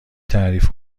تعریف